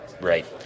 Right